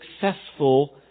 successful